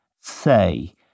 say